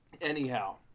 Anyhow